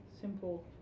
simple